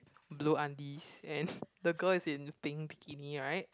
blue undies and the girl is in pink bikini right